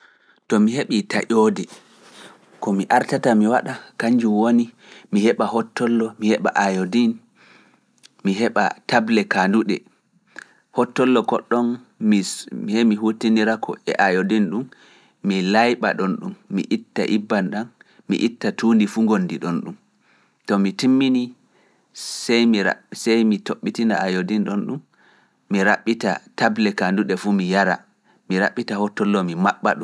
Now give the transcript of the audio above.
To mi heɓii taƴoode, ko mi artata mi waɗa, kanjum woni mi heɓa hotollo, mi heɓa ayodin, mi heɓa table kaanduɗe, hotollo ko ɗon mi hemi huttinira ko e ayodin ɗon, mi layɓa ɗon ɗon, mi itta ibbam ɗam, mi itta tuundi fu ngondi ɗon ɗum to mi timmini sey mi ra sey mi toɓɓitina a yodin ɗon ɗum mi raɓɓita table ka ndu ɗe fu mi yara mi raɓɓita hotollo mi maɓɓa ɗum.